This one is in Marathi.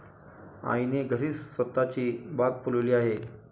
आईने घरीच स्वतःची बाग फुलवली आहे